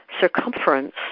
circumference